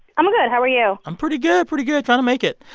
i'm good. how are you? i'm pretty good, pretty good trying to make it.